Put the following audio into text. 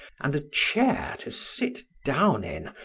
and a chair to sit down in,